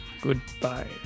Goodbye